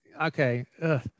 Okay